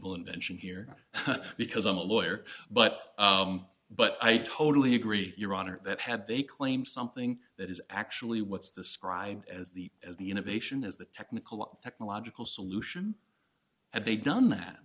eligible invention here because i'm a lawyer but but i totally agree your honor that had they claim something that is actually what's described as the as the innovation as the technical technological solution had they done that